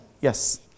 Yes